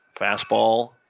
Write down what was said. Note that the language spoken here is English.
Fastball